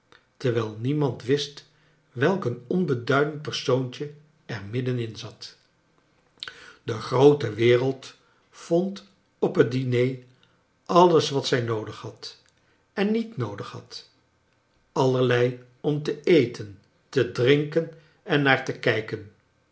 terwijl niemand wist welk een onbeduidend persoontje er middenin zat de groote wereld voncl op het diner alles wat zij noodig had en niet noodig had allerlei om te eten te drinken en naar te kijken